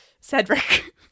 Cedric